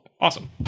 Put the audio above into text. Awesome